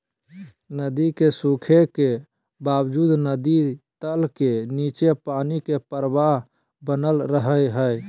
नदी के सूखे के बावजूद नदी तल के नीचे पानी के प्रवाह बनल रहइ हइ